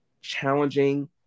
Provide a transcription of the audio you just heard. challenging